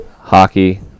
hockey